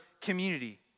community